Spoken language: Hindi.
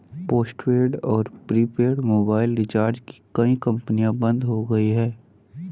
पोस्टपेड और प्रीपेड मोबाइल रिचार्ज की कई कंपनियां बंद हो गई